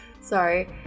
sorry